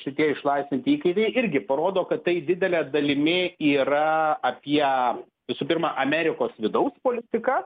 šitie išlaisvinti įkaitai irgi parodo kad tai didele dalimi yra apie visų pirma amerikos vidaus politiką